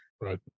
Right